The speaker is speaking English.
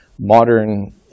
modern